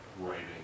writing